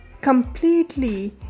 completely